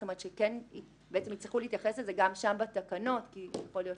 זאת אומרת שיצטרכו להתייחס לזה גם שם בתקנות כי יכול להיות